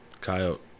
coyote